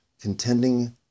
contending